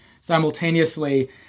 simultaneously